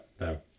no